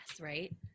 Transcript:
right